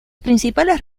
principales